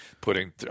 putting